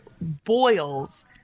boils